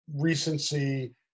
recency